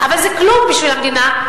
אבל זה כלום בשביל המדינה,